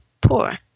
poor